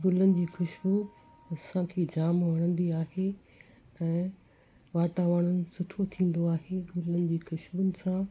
गुलनि जी खुशबू असांखे जाम वणंदी आहे ऐं वातावरणु सुठो थींदो आहे गुलनि जी खुशबूनि सां